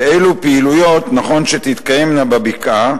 אילו פעילויות נכון שתתקיימנה בבקעה